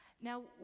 Now